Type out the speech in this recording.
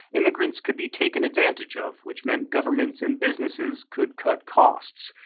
immigrants could be taken advantage of which meant governments and businesses could cut costs.